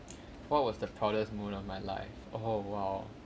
what was the proudest moment of my life oh !wow!